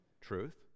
Truth